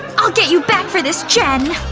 i'll get you back for this jen